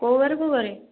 କେଉଁ ବାରେ କେଉଁ ବାରେ